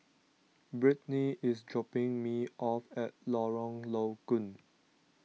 Brittney is dropping me off at Lorong Low Koon